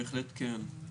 בהחלט כן,